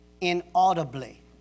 inaudibly